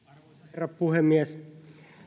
herra puhemies